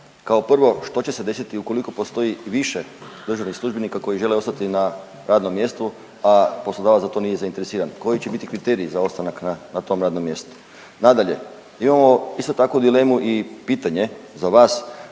kao prvo što će se desiti ukoliko postoji više državnih službenika koji žele ostati na radnom mjestu, a poslodavac za to nije zainteresiran. Koji će biti kriterij za ostanak na tom radnom mjestu. Nadalje, imamo isto takvu dilemu i pitanje za vas